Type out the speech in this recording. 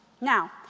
Now